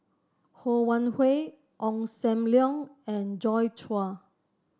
Ho Wan Hui Ong Sam Leong and Joi Chua